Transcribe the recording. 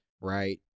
right